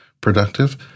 productive